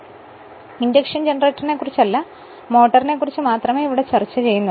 ഇവിടെ നമ്മൾ ഇൻഡക്ഷൻ ജനറേറ്ററിനെക്കുറിച്ചല്ല മോട്ടോറിനെക്കുറിച്ച് കുറച്ച് മാത്രമാണ് ചർച്ച ചെയ്യുന്നത്